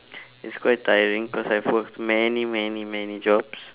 it's quite tiring cause I've worked many many many jobs